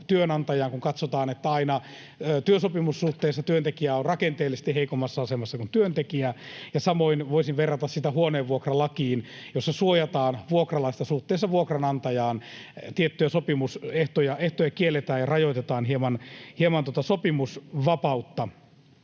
kun katsotaan, että aina työsopimussuhteessa työntekijä on rakenteellisesti heikommassa asemassa kuin työnantaja. Ja samoin voisin verrata sitä huoneenvuokralakiin, jossa suojataan vuokralaista suhteessa vuokranantajaan, tiettyjä sopimusehtoja kielletään ja rajoitetaan hieman sopimusvapautta.